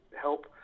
help